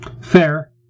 Fair